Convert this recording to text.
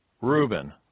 Reuben